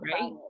right